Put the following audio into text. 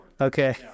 Okay